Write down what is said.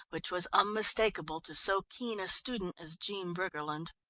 which was unmistakable to so keen a student as jean briggerland.